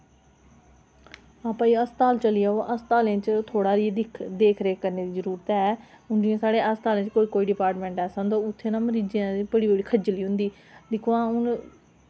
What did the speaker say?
ते अस्ताल चली जाओ अस्ताल थोह्ड़ी देख रेख करने दी जरूरत ऐ जियां साढ़े अस्ताल च कोई कोई डिपार्टमेंट ऐसा होंदा उत्थें ना मरीज़ें दी बड़ी बड्डी खज्जली होंदी